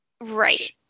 Right